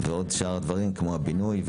וגם בשאר הדברים כמו בינוי.